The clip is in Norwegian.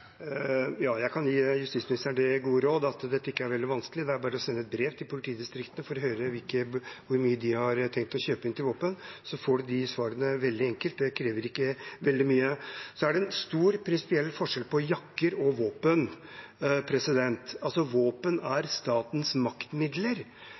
Jeg kan gi justisministeren det gode råd at dette ikke er veldig vanskelig. Det er bare å sende et brev til politidistriktene for å høre hvor mye de har tenkt å kjøpe inn våpen for, så får han de svarene veldig enkelt. Det krever ikke veldig mye. Så er det en stor prinsipiell forskjell på jakker og våpen.